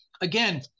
again